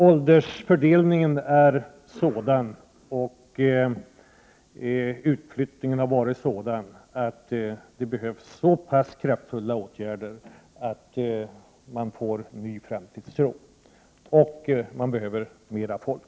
Åldersfördelningen är sådan och utflyttningen har varit sådan att det behövs kraftfulla åtgärder för att man skall få en ny framtidstro. Och man behöver mera folk.